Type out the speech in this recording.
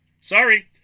Sorry